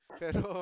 pero